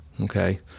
okay